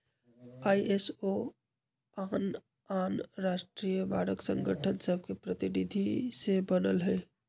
ISO आन आन राष्ट्रीय मानक संगठन सभके प्रतिनिधि से बनल हइ